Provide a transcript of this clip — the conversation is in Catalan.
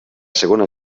segona